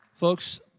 Folks